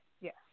Yes